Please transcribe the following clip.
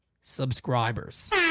subscribers